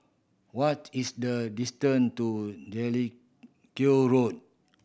what is the distance to Jellicoe Road